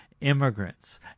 immigrants